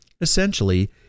Essentially